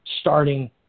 starting